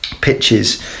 pitches